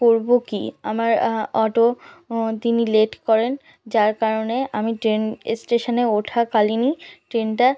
করব কী আমার অটো ও তিনি লেট করেন যার কারণে আমি ট্রেন স্টেশনে ওঠাকালীনই ট্রেনটা